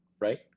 right